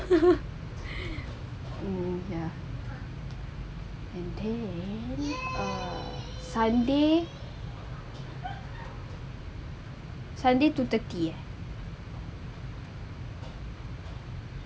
ya and then err sunday sunday two thirty ya